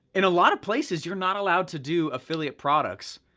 in a lot of places, you are not allowed to do affiliate products.